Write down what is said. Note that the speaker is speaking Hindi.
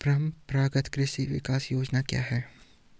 परंपरागत कृषि विकास योजना क्या है?